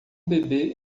bebê